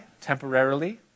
Temporarily